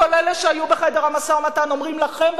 כל אלה שהיו בחדר המשא-ומתן אומרים לכם,